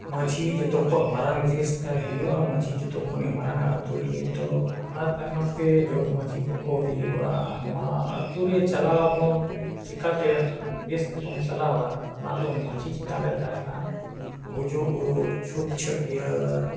ᱢᱟᱺᱡᱷᱤ ᱡᱚᱛᱚ ᱠᱷᱚᱱ ᱢᱟᱨᱟᱝ ᱡᱤᱱᱤᱥ ᱛᱟᱭ ᱦᱩᱭᱩᱜᱼᱟ ᱢᱟᱺᱡᱷᱤ ᱡᱚᱛᱚᱠᱷᱚᱱᱮ ᱢᱟᱨᱟᱝᱼᱟ ᱟᱛᱳ ᱨᱤᱱᱤᱡ ᱫᱚ ᱚᱱᱟ ᱛᱟᱭᱱᱚᱢᱼᱛᱮ ᱡᱚᱜᱽ ᱢᱟᱹᱡᱷᱤ ᱠᱚᱠᱚ ᱦᱩᱭᱩᱜᱼᱟ ᱱᱚᱣᱟ ᱟᱛᱳᱨᱮ ᱪᱟᱞᱟᱣᱟᱵᱚᱱ ᱪᱤᱠᱟᱹᱛᱮ ᱵᱮᱥ ᱛᱮᱵᱚᱱ ᱪᱟᱞᱟᱣᱟ ᱚᱱᱟᱫᱚ ᱢᱟᱺᱡᱷᱤ ᱪᱮᱛᱟᱱ ᱨᱮ ᱛᱟᱦᱮᱱᱟ ᱜᱩᱡᱩᱜ ᱜᱩᱨᱩᱜ ᱪᱷᱩᱛ ᱪᱷᱟᱹᱴᱭᱟᱹᱨ